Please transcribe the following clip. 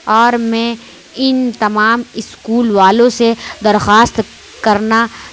اور میں ان تمام اسکول والوں سے درخواست کرنا